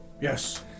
Yes